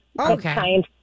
Okay